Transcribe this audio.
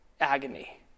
agony